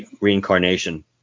reincarnation